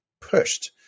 pushed